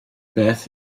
beth